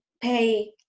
pay